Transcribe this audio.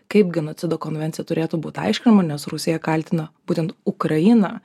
kaip genocido konvencija turėtų būt aiškinama nes rusija kaltina būtent ukrainą